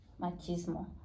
machismo